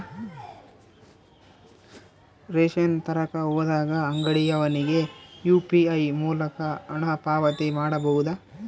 Ration ತರಕ ಹೋದಾಗ ಅಂಗಡಿಯವನಿಗೆ ಯು.ಪಿ.ಐ ಮೂಲಕ ಹಣ ಪಾವತಿ ಮಾಡಬಹುದಾ?